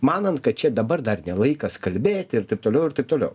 manant kad čia dabar dar ne laikas kalbėti ir taip toliau ir taip toliau